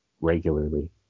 regularly